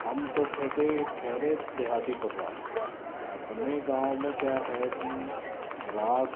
हम तो ठेटे ठहरे देहाती परिवार अपने गाँव में क्या है कि राख़